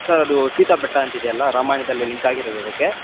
sir ಅದು ಸೀತಾ ಬೆಟ್ಟ ಅಂತ ಇದ್ಯಲ್ಲ ರಾಮಾಯಣದಲ್ಲಿ ಲಿಂಕಾಗ ಇರೋದು ಅದಕ್ಕೆ